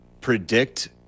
predict